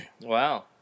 Wow